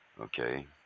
Okay